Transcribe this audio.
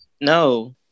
No